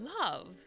Love